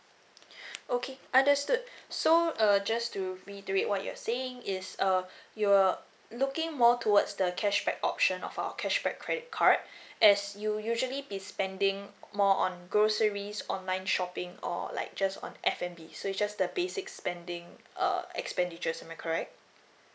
okay understood so uh just to reiterate what you're saying is uh you're looking more towards the cashback option of our cashback credit card as you usually be spending more on groceries online shopping or like just on F&B so it just the basic spending err expenditures am I correct